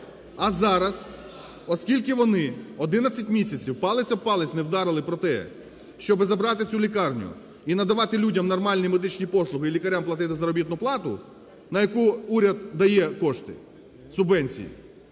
А зараз, оскільки вони 11 місяців палець об палець не вдарили про те, щоб забрати цю лікарню і надавати людям нормальні медичні послуги, і лікарям платити заробітну плату, на яку уряд дає кошти, субвенції,